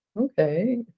okay